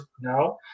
now